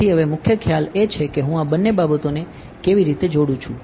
તેથી હવે મુખ્ય ખ્યાલ એ છે કે હું આ બંને બાબતોને કેવી રીતે જોડું છું